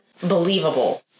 believable